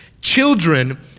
children